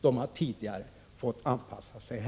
De har tidigare fått anpassa sig.